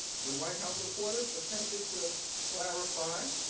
when white house reporters attempted to clarify,